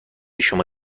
شما